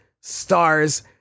stars